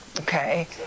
Okay